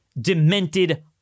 demented